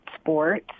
sports